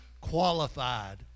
qualified